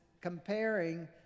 comparing